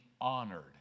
honored